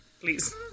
Please